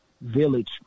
village